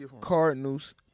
Cardinals